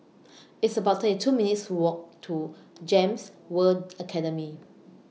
It's about thirty two minutes' Walk to Gems World Academy